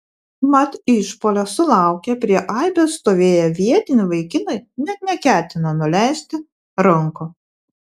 mat išpuolio sulaukę prie aibės stovėję vietiniai vaikinai net neketino nuleisti rankų